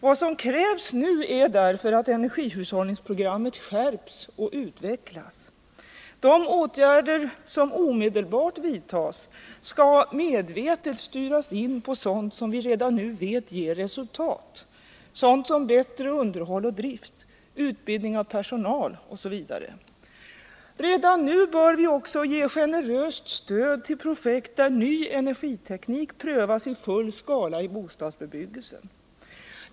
Vad som nu krävs är därför att energihushållningsprogrammet skärps och utvecklas. De åtgärder som omedelbart vidtas bör medvetet styras in på sådant som vi redan nu vet ger resultat — bättre underhåll och drift, utbildning av personal m.m. Redan nu bör vi också ge generöst stöd till projekt där ny energiteknik prövas i full skala i bostadsbebyggelsen.